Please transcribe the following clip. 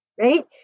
Right